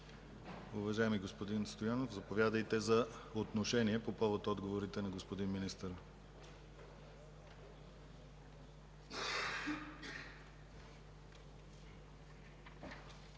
Уважаеми господин Стоянов, заповядайте за отношение по повод отговорите на господин министъра.